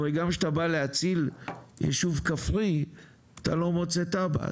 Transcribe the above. הרי גם כשאתה בא להציל ישוב כפרי אתה לא מוצא תב"ע,